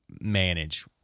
manage